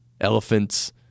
elephants